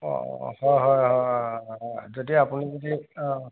অঁ অঁ অঁ হয় হয় হয় হয় হয় যদি আপুনি যদি অঁ